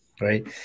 right